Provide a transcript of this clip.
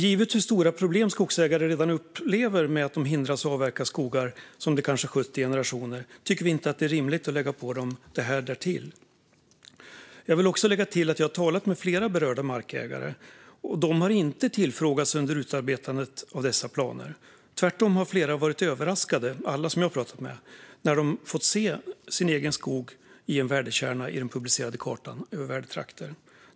Givet hur stora problem skogsägare redan upplever med att de hindras att avverka skogar som de kanske har skött i generationer tycker vi inte att det är rimligt att lägga på dem detta därtill. Jag vill lägga till att jag har talat med flera berörda markägare, och de har inte tillfrågats under utarbetandet av dessa planer. Tvärtom har flera - alla som jag har pratat med - varit överraskade när de har fått se sin egen skog i en värdekärna i den publicerade kartan över värdetrakter.